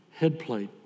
headplate